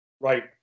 Right